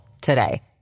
today